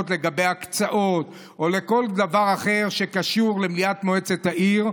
החלטות לגבי הקצאות או כל דבר אחר שקשור למליאת מועצת העיר,